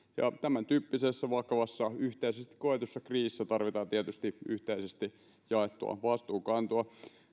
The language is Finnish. ja tämäntyyppisessä vakavassa yhteisesti koetussa kriisissä tarvitaan tietysti yhteisesti jaettua vastuunkantoa